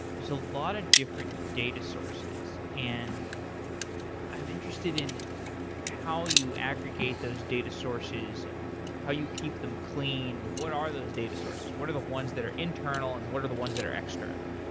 there's a lot of different data sources and i'm interested in how you aggregate those data sources and how you keep them clean. what are those data sources? what are the ones that are internal and what are the ones that are external?